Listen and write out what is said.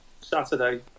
Saturday